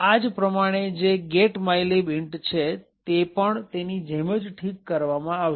આ જ પ્રમાણે જે get mylib int છે તે પણ તેની જેમ જ ઠીક કરવામાં આવશે